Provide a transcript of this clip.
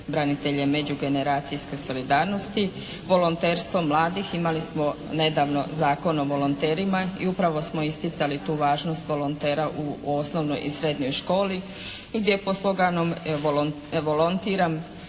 branitelja i međugeneracijske solidarnosti, volonterstvom mladih imali smo nedavno Zakonom o volonterima i upravo smo isticali tu važnost volontera u osnovnoj i srednjoj školi gdje je pod sloganom "volontiram,